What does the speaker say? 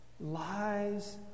lies